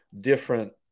different